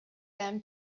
them